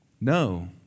No